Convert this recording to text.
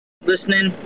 listening